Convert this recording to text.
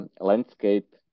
landscape